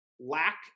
lack